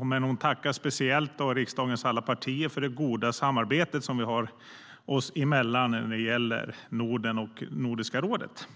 Hon tackar speciellt riksdagens alla partier för det goda samarbete vi har oss emellan när det gäller Norden och Nordiska rådet.